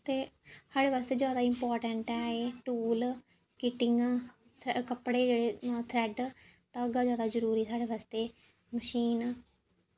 ते साढ़े बास्तै जादा इंपार्टैंट ऐ एह् टूल किटिंग कपड़े जेह्ड़े थ्रैड धागा जादा जरूरी साढ़े बास्तै मशीन